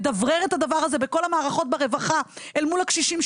לדברר את הדבר הזה בכל המערכות ברווחה אל מול הקשישים,